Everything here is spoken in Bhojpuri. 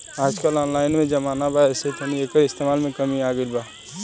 आजकल ऑनलाइन के जमाना बा ऐसे तनी एकर इस्तमाल में कमी आ गइल बा